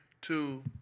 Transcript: two